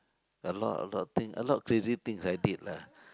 a lot a lot of thing a lot crazy things I did lah